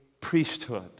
priesthood